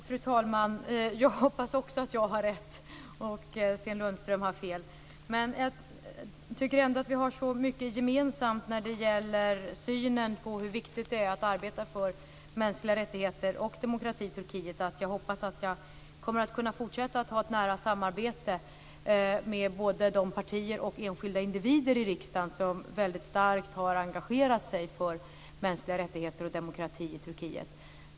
Fru talman! Jag hoppas också att jag har rätt och att Sten Lundström har fel. Jag tycker ändå att vi har mycket gemensamt när det gäller synen på hur viktigt det är att arbeta för mänskliga rättigheter och demokrati i Turkiet. Jag hoppas att jag kommer att kunna fortsätta att ha ett nära samarbete med både de partier och enskilda individer i riksdagen som starkt har engagerat sig för mänskliga rättigheter och demokrati i Turkiet.